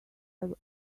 i’ve